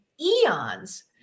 eons